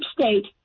state